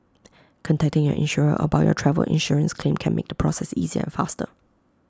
contacting your insurer about your travel insurance claim can make the process easier and faster